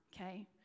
okay